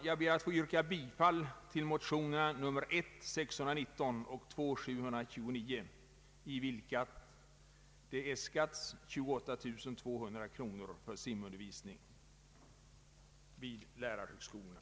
Jag ber att få yrka bifall till motionerna I: 619 och II: 729, i vilka det äskats ett belopp om 28 200 kronor för simundervisning vid lärarhögskolorna.